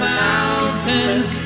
mountains